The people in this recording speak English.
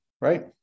right